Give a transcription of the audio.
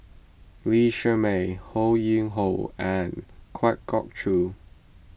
Lee Shermay Ho Yuen Hoe and Kwa Geok Choo